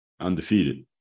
Undefeated